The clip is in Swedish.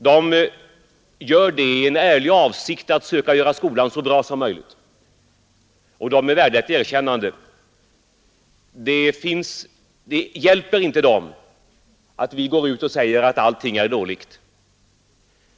De gör det i en ärlig avsikt att söka göra skolan så bra som möjligt, och de är värda ett erkännande, Det hjälper inte dem att vi går ut och säger att allting är dåligt.